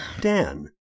Dan